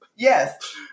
Yes